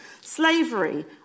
slavery